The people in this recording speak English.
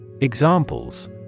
Examples